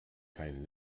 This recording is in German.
kein